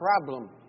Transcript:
problem